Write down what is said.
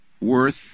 Worth